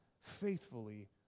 faithfully